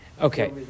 okay